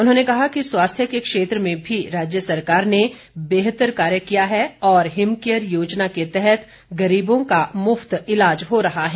उन्होंने कहा कि स्वास्थ्य के क्षेत्र में भी राज्य सरकार ने बेहतर कार्य किया है और हिम केयर योजना के तहत गरीबों का मुफ्त इलाज हो रहा है